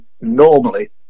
normally